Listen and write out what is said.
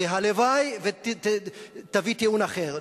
והלוואי שתביא טיעון אחר.